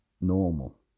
Normal